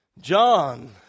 John